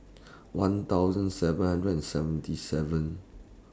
one thousand seven hundred and seventy seven